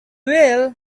will